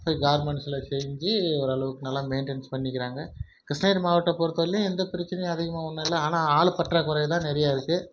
போய் கார்மெண்ட்ஸில் செஞ்சு நல்லா ஓரளவுக்கு நல்லா மெயின்டைன்ஸ் பண்ணிக்கிறாங்க கிருஷ்ணகிரி மாவட்டம் பொறுத்தவரையிலையும் எந்த பிரச்சினையும் அதிகமாக ஒன்றும் இல்லை ஆனால் ஆள் பற்றாக்குறை தான் நிறையா இருக்குது